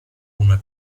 una